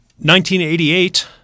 1988